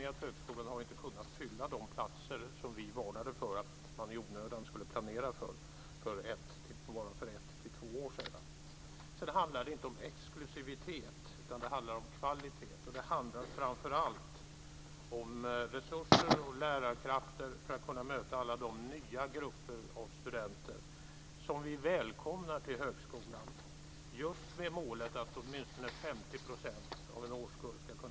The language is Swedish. Dels behövs det en ökning av resurserna per student. Därför känner jag en viss tillfredsställelse just med att riksdagen har ställt upp på en politik som ger både en ökning av resurserna per student och en mycket tydligare kvalitetsgranskning. Dessutom är det ju så att lärarna är centrala när det gäller den framtida högskolans kvalitet. Vi har ju haft en väldigt stark utveckling nu av forskarutbildningen.